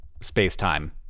space-time